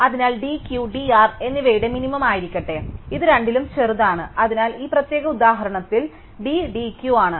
അതിനാൽ d Q d R എന്നിവയുടെ minimum ആയിരിക്കട്ടെ അതിനാൽ ഇത് രണ്ടിലും ചെറുതാണ് അതിനാൽ ഈ പ്രത്യേക ഉദാഹരണത്തിൽ d d Qആണ്